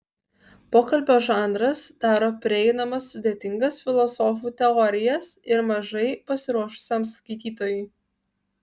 pokalbio žanras daro prieinamas sudėtingas filosofų teorijas ir mažai pasiruošusiam skaitytojui